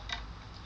I know